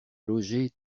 loger